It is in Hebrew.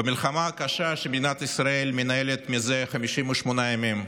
במלחמה הקשה שמדינת ישראל מנהלת מזה 58 ימים,